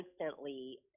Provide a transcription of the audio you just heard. instantly